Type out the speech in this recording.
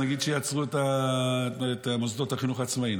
נגיד שיעצרו את מוסדות החינוך העצמאי,